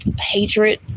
Hatred